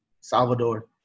Salvador